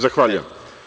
Zahvaljujem.